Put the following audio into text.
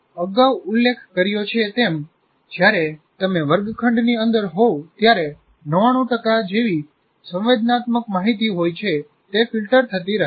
અગાઉ ઉલ્લેખ કર્યો છે તેમ જ્યારે તમે વર્ગખંડની અંદર હોવ ત્યારે 99 ટકા જેવી સંવેદનાત્મક માહિતી હોય છે તે ફિલ્ટર થતી રહે છે